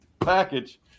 package